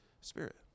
Spirit